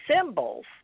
symbols